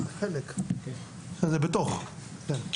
זה בתוך, כן.